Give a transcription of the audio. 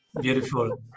Beautiful